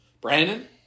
Brandon